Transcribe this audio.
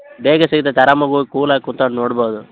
ಬೇಗ ಸಿಗ್ತೈತೆ ಆರಾಮಾಗಿ ಹೋಗ್ ಕೂಲಾಗಿ ಕುಂತ್ಕಂಡು ನೋಡ್ಬೋದು